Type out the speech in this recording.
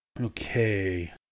Okay